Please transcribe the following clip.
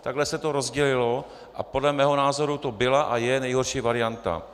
Takhle se to rozdělilo a podle mého názoru to byla a je nejhorší varianta.